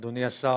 אדוני השר,